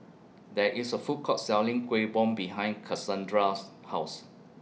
There IS A Food Court Selling Kueh Bom behind Cassondra's House